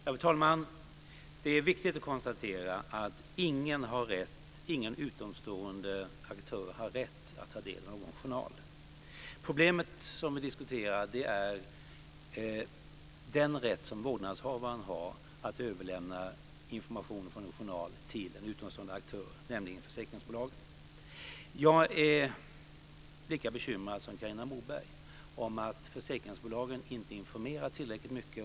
Fru talman! Det är viktigt att konstatera att ingen utomstående aktör har rätt att ta del av en journal. Problemet som vi diskuterar är den rätt som vårdnadshavaren har att överlämna information ur en journal till en utomstående aktör, nämligen till försäkringsbolagen. Jag är lika bekymrad som Carina Moberg över att försäkringsbolagen inte informerar tillräckligt mycket.